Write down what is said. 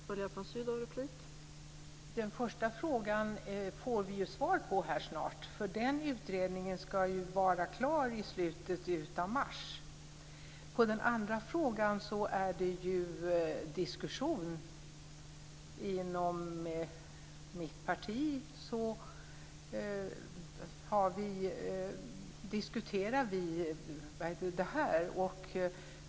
Fru talman! Den första frågan får vi snart svar på. Den utredningen skall vara klar i slutet av mars. När det gäller den andra frågan pågår diskussion. Inom mitt parti diskuterar vi den frågan.